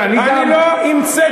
אני לא מתבייש, משום שאני לא המצאתי.